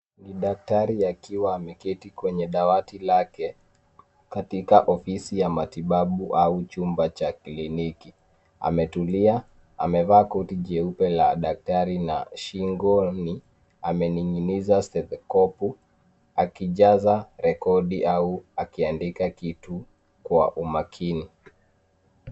Ni daktari akiwa ameketi kwenye dawati lake katika ofisi ya matibabu au chumba cha kliniki. Ametulia, amevaa koti jeupe la daktari na shingoni amening'iniza skethekopu akijaza rekodi au akiandika kitu kwa umakini.